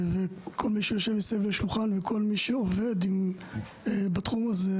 כל מי שיושב מסביב לשולחן וכל מי שעובד בתחום הזה,